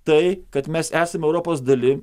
tai kad mes esame europos dalim